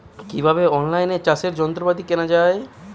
কিভাবে অন লাইনে চাষের যন্ত্রপাতি কেনা য়ায়?